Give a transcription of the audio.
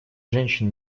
женщин